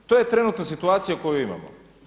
To je trenutno situacija koju imamo.